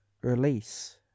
release